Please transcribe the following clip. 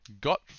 got